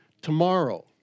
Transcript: tomorrow